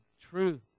truth